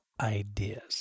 ideas